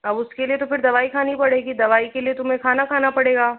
अब उसके लिए तो फिर दवाई खानी पड़ेगी दवाई के लिए तुम्हें खाना खाना पड़ेगा